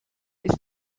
ist